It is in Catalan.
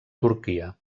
turquia